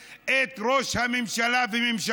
אז זאת המדיניות שמאפיינת את ראש הממשלה וממשלתו,